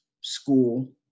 school